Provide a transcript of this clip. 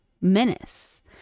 menace